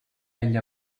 egli